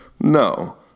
No